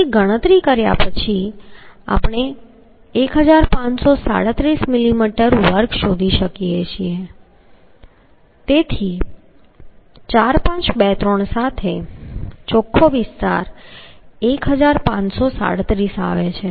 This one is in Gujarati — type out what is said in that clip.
તેથી ગણતરી પછી આપણે 1537 મિલીમીટર વર્ગ શોધી શકીએ છીએ તેથી 4 5 2 3 સાથે ચોખ્ખો વિસ્તાર 1537 આવે છે